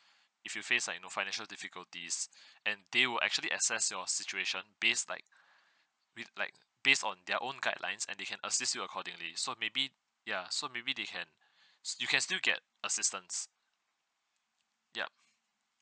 if you face like you know financial difficulties and they will actually access your situation based like with like based on their own guidelines and they can assist you accordingly so maybe ya so maybe they can you can still get assistance yup